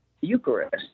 Eucharist